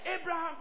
Abraham